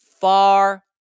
far